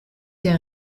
der